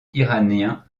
iranien